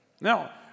Now